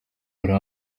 hari